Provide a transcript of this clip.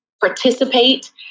participate